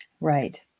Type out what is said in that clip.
Right